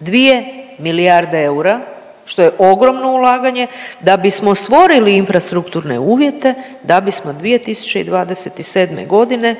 2 milijarde eura, što je ogromno ulaganje da bismo stvorili infrastrukturne uvjete da bismo 2027. godine